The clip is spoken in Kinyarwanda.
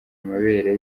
amabere